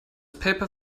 paper